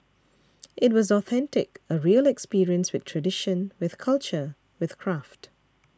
it was authentic a real experience with tradition with culture with craft